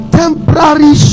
temporary